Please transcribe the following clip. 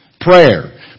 Prayer